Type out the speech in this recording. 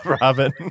Robin